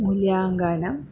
मूल्याङ्गानां